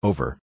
Over